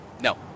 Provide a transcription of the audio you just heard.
no